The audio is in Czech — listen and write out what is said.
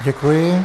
Děkuji.